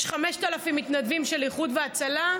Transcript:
יש 5,000 מתנדבים של איחוד והצלה,